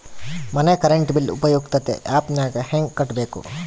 ಮನೆ current bill ಉಪಯುಕ್ತತೆ app ನಾಗ ಹೆಂಗ ಕಟ್ಟಬೇಕು?